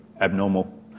abnormal